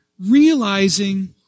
realizing